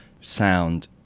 sound